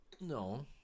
No